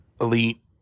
Elite